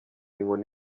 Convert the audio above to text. inkoni